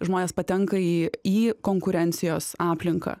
žmonės patenka į į konkurencijos aplinką